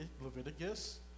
Leviticus